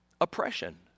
oppression